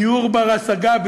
דיור בר-השגה,